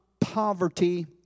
poverty